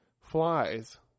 flies